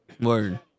Word